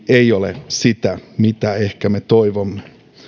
ei ole sitä mitä ehkä me toivomme